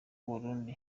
burundi